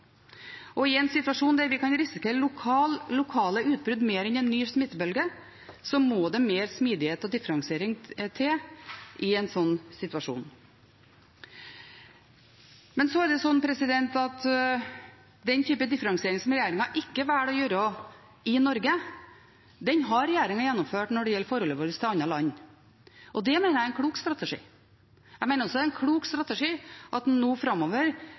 Og i en situasjon der vi kan risikere lokale utbrudd mer enn en ny smittebølge, må det mer smidighet og differensiering til i en slik situasjon. Den type differensiering som regjeringen ikke velger å gjøre i Norge, har regjeringen gjennomført når det gjelder forholdet vårt til andre land. Og det mener jeg er en klok strategi. Jeg mener også det er en klok strategi at man nå framover